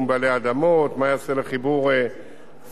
מה ייעשה לחיבור כפר-כנא לכביש,